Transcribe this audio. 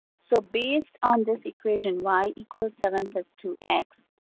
so based on this equation, y equals seven plus two x,